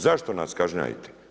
Zašto nas kažnjavate?